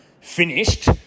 finished